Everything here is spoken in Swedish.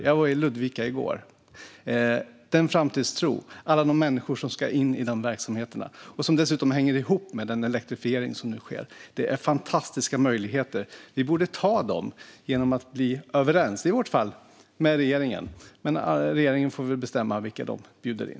Jag var i Ludvika i går och såg framtidstron, med alla människor som ska in i de verksamheterna - som dessutom hänger ihop med den elektrifiering som nu sker. Det är fantastiska möjligheter. Vi borde ta dem genom att bli överens, i vårt fall med regeringen. Men regeringen får väl bestämma vilka de bjuder in.